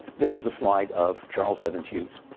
this is a slide of charles evans hughes.